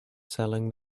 selling